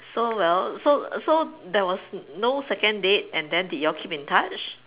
so well so so there was no second date and then did you all keep in touch